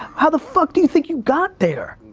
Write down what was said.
how the fuck do you think you got there?